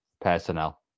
personnel